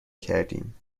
کردیم